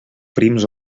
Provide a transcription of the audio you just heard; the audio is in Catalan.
prims